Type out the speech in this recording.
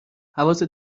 حواست